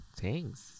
thanks